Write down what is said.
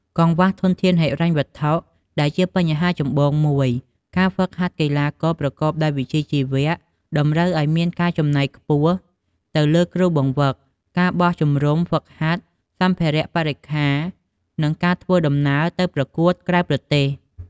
កង្វះធនធានហិរញ្ញវត្ថុ ដែលជាបញ្ហាចម្បងមួយ ការហ្វឹកហាត់កីឡាករប្រកបដោយវិជ្ជាជីវៈ តម្រូវឱ្យមានការចំណាយខ្ពស់ទៅលើគ្រូបង្វឹក ការបោះជំរុំហ្វឹកហាត់ សម្ភារៈបរិក្ខារ និងការធ្វើដំណើរទៅប្រកួតក្រៅប្រទេស។